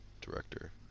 director